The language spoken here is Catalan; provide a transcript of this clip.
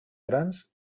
grans